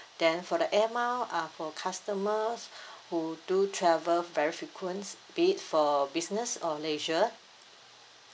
then for the air mile uh for customers who do travel very frequents be it for business or leisure